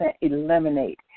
eliminate